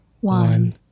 one